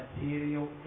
material